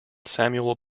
samuel